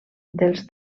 dels